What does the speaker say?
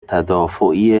تدافعی